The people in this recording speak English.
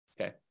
Okay